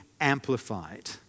amplified